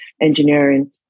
engineering